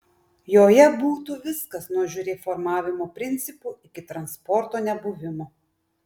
joje būtų viskas nuo žiuri formavimo principų iki transporto nebuvimo